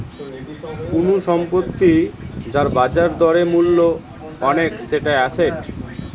কুনু সম্পত্তি যার বাজার দরে মূল্য অনেক সেটা এসেট